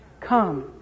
Come